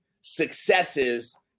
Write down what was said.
successes